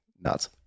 nuts